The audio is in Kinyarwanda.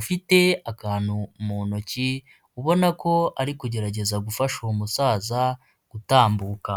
ufite akantu mu ntoki, ubona ko ari kugerageza gufasha uwo musaza gutambuka.